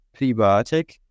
prebiotic